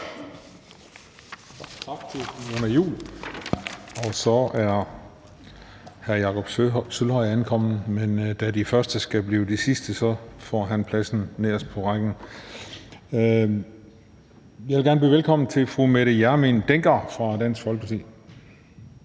Tak til fru Mona Juul. Så er hr. Jakob Sølvhøj ankommet, men da de første skal blive de sidste, får han pladsen nederst i rækken. Jeg vil gerne byde velkommen til fru Mette Hjermind Dencker fra Dansk Folkeparti.